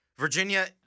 Virginia